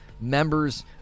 members